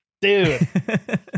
Dude